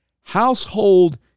Household